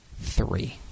three